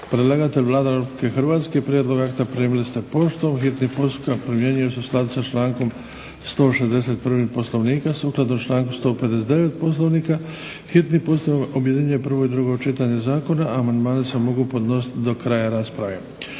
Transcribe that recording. Predlagatelj Vlada Republike Hrvatske. Prijedlog akta primili ste poštom. Hitni postupak primjenjuje se u skladu sa člankom 161. Poslovnika. Sukladno članku 159. Poslovnika hitni postupak objedinjuje prvo i drugo čitanje zakona. Amandmani se mogu podnositi do kraja rasprave.